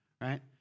right